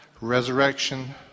resurrection